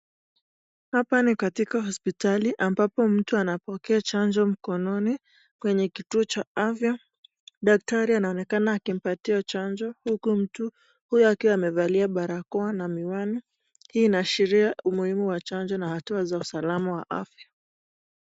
Hapa ni katika hosipitali ambapo mtu anapokea chanjo mkononi. Kwenye kituo cha afya dakitari anaonekana akimpatia chanjo huku mtu huyu akivalia barakoa na miwani, inaashiria umuhimu wa chanjo na hatua ya usalama wa afya.